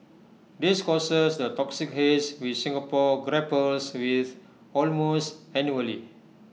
this causes the toxic haze which Singapore grapples with almost annually